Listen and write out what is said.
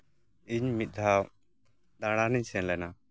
ᱤᱧ ᱢᱤᱫ ᱫᱷᱟᱣ ᱫᱟᱬᱟᱱᱤᱧ ᱥᱮᱱ ᱞᱮᱱᱟ